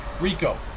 Rico